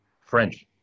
French